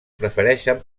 prefereixen